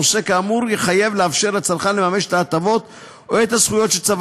עוסק כאמור יחויב לאפשר לצרכן לממש את ההטבות או את הזכויות שצבר